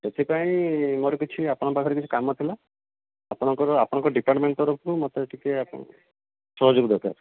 ସେଥି ପାଇଁ ମୋର କିଛି ଆପଣଙ୍କ ପାଖରେ କିଛି କାମ ଥିଲା ଆପଣଙ୍କର ଆପଣଙ୍କ ଡିପାର୍ଟମେଣ୍ଟ ତରଫରୁ ମୋତେ ଟିକେ ଆପଣଙ୍କ ସହଯୋଗ ଦରକାର